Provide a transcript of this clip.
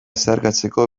zeharkatzeko